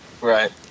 Right